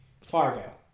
Fargo